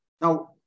Now